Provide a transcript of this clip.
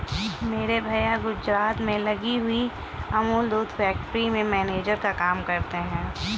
मेरे भैया गुजरात में लगी हुई अमूल दूध फैक्ट्री में मैनेजर का काम करते हैं